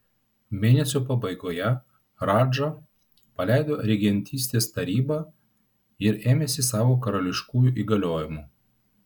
mėnesio pabaigoje radža paleido regentystės tarybą ir ėmėsi savo karališkųjų įgaliojimų